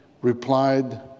replied